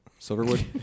Silverwood